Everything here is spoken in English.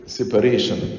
separation